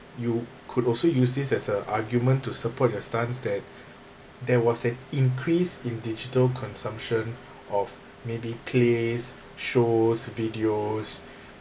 you could also use this as a argument to support your stance that there was an increase in digital consumption of maybe plays shows videos